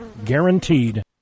guaranteed